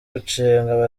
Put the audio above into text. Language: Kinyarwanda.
gucenga